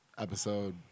episode